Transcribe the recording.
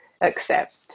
accept